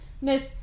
Miss